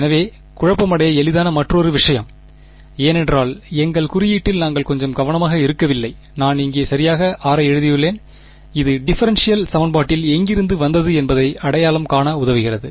எனவே குழப்பமடைய எளிதான மற்றொரு விஷயம் ஏனென்றால் எங்கள் குறியீட்டில் நாங்கள் கொஞ்சம் கவனமாக இருக்கவில்லை நான் இங்கே சரியாக r ஐ எழுதியுள்ளேன் இது டிஃபரென்ஷியல் சமன்பாட்டில் எங்கிருந்து வந்தது என்பதை அடையாளம் காண உதவுகிறது